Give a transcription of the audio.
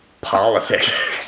politics